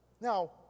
Now